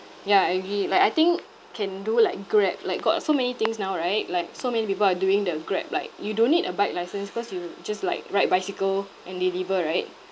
ya I agree like I think can do like grab like got so many things now right like so many people are doing the Grab like you don't need a bike license cause you just like ride bicycle and deliver right